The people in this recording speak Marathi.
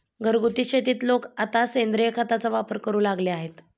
घरगुती शेतीत लोक आता सेंद्रिय खताचा वापर करू लागले आहेत